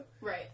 Right